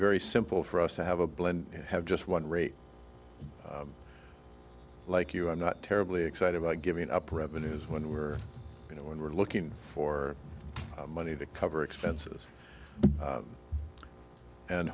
very simple for us to have a blend have just one rate like you i'm not terribly excited about giving up revenues when we're you know when we're looking for money to cover expenses